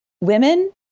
women